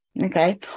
Okay